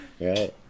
Right